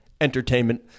entertainment